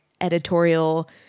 editorial